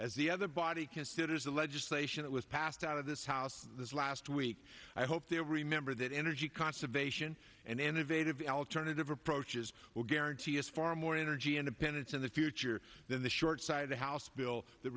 as the other body considers the legislation that was passed out of this house this last week i hope they remember that energy conservation and innovative al turn it approaches will guarantee is far more energy independence in the future than the short side of the house bill th